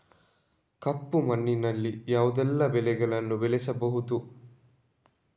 ಕಪ್ಪು ಮಣ್ಣಿನಲ್ಲಿ ಯಾವುದೆಲ್ಲ ಬೆಳೆಗಳನ್ನು ಬೆಳೆಸಬಹುದು?